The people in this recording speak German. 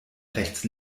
rechts